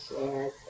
yes